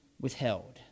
withheld